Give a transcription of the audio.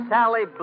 Sally